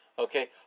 Okay